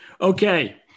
Okay